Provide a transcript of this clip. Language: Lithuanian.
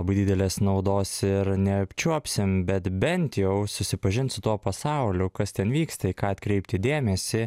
labai didelės naudos ir neapčiuopsim bet bent jau susipažint su tuo pasauliu kas ten vyksta į ką atkreipti dėmesį